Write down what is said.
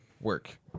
work